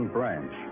Branch